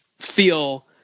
feel